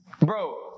Bro